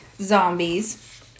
zombies